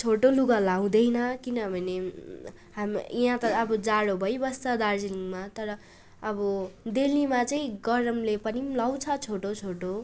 छोटो लुगा लाउँदैन किनभने यहाँ त अब जाडो भइबस्छ दार्जिलिङमा तर अब दिल्लीमा चाहिँ गरमले पनि लाउँछ छोटो छोटो